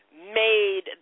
made